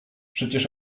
przecież